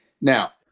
Now